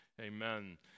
Amen